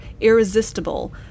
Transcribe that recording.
irresistible